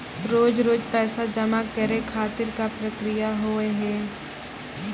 रोज रोज पैसा जमा करे खातिर का प्रक्रिया होव हेय?